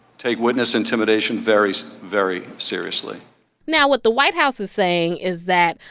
take witness intimidation very, very seriously now, what the white house is saying is that,